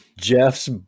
Jeff's